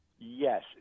Yes